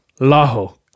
laho